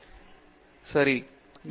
பேராசிரியர் பிரதாப் ஹரிதாஸ் சரி ஆமாம்